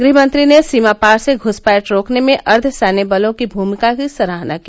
गृहमंत्री ने सीमापार से घुसपैठ रोकने में अर्द्यसैन्य बलों की भूमिका की सराहना की